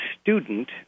student